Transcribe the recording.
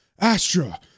Astra